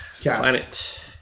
Planet